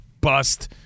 bust